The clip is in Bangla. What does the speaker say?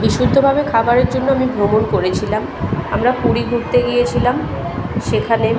বিশুদ্ধভাবে খাবারের জন্য আমি ভ্রমণ করেছিলাম আমরা পুরী ঘুরতে গিয়েছিলাম সেখানে